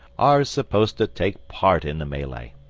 are supposed to take part in the melee.